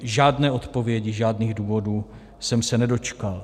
Žádné odpovědi, žádných důvodů jsem se nedočkal.